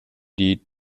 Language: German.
die